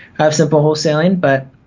have simple wholesaling but